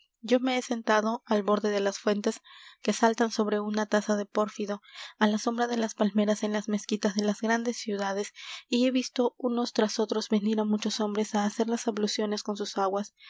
yo me he sentado al borde de las fuentes que saltan sobre una taza de pórfido á la sombra de las palmeras en las mezquitas de las grandes ciudades y he visto unos tras otros venir á muchos hombres á hacer las abluciones con sus aguas